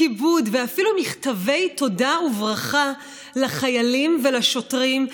כיבוד ואפילו מכתבי תודה וברכה לחיילים ולשוטרים,